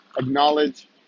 Acknowledge